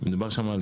מדובר שם על